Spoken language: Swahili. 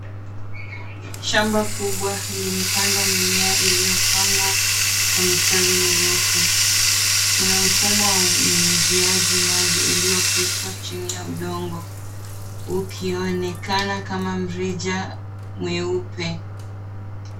SHamba kubwa limepandwa mimea iliyopangwa kwa mistari mirefu. Kuna mfumo wa unyunyiziaji maji uliofichwa chini ya udongo, ukionekana kama mrija mweupe.